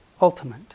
ultimate